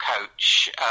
coach